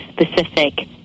specific